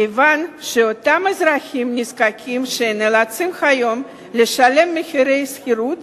כיוון שאותם אזרחים נזקקים שנאלצים היום לשלם מחירי שכירות